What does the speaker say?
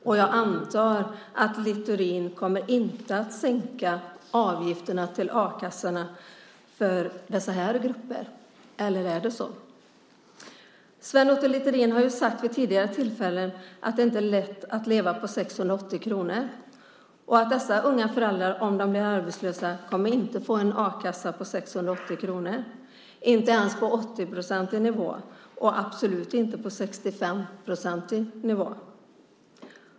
Och jag antar att Sven Otto Littorin inte kommer att sänka avgifterna till a-kassorna för dessa grupper. Eller är det så? Sven Otto Littorin har vid tidigare tillfällen sagt att det inte är lätt att leva på 680 kronor. Och dessa unga föräldrar kommer inte att få en a-kassa på 680 kronor om de blir arbetslösa, inte ens på en 80-procentig nivå, och absolut inte på en 65-procentig nivå.